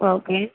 okay